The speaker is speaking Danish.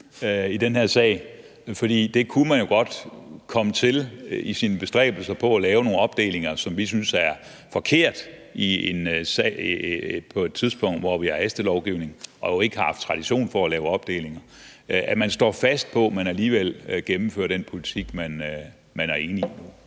i den her sag, for det kunne man jo godt komme til i sine bestræbelser på at lave nogle opdelinger, som vi synes er forkerte på et tidspunkt, hvor vi har hastelovgivning og ikke har haft tradition for at lave opdelinger; altså at man står fast på, at man alligevel gennemfører den politik, man er enig om